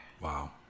Wow